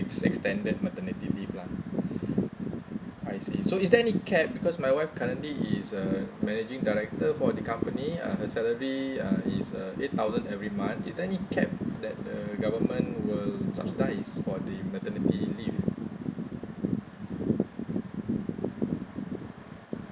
extended maternity leave lah I see so is there any cap because my wife currently is uh managing director for the company uh her salary uh is uh eight thousand every month is there any cap that the government will subsidise for the maternity leave